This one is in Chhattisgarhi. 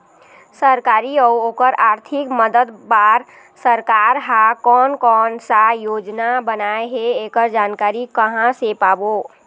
सरकारी अउ ओकर आरथिक मदद बार सरकार हा कोन कौन सा योजना बनाए हे ऐकर जानकारी कहां से पाबो?